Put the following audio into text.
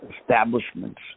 establishments